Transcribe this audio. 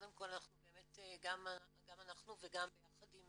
קודם כל אנחנו באמת, גם אנחנו וגם ביחד עם